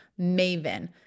Maven